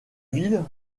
ville